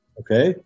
okay